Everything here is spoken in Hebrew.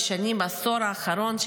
בעשור האחרון,